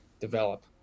develop